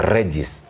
Regis